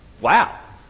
wow